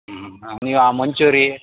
ಹ್ಞೂ ಆಮೇಲೆ ಆ ಮಂಚೂರಿ